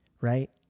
right